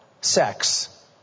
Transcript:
sex